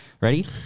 Ready